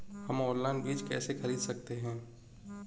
हम ऑनलाइन बीज कैसे खरीद सकते हैं?